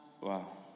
wow